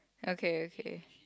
okay okay